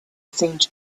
seemed